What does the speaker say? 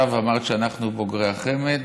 עכשיו אמרת שאנחנו בוגרי החמ"ד.